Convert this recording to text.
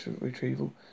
retrieval